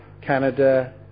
Canada